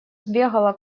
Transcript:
сбегала